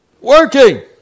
Working